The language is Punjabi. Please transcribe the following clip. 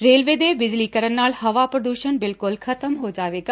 ਰੇਲਵੇ ਦੇ ਬਿਜਲੀਕਰਨ ਨਾਲ ਹਵਾ ਪ੍ਰਦੁਸ਼ਣ ਬਿਲਕੁੱਲ ਖਤਮ ਹੋ ਜਾਵੇਗਾ